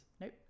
Nope